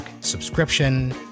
subscription